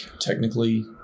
technically